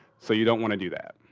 so, you don't want to do that.